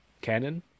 Canon